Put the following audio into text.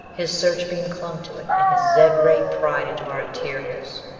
his searchbeam clung to it, and his zed-ray pried into our interiors.